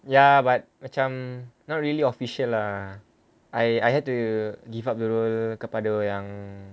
ya but macam not really official lah I I had to give up the role kepada yang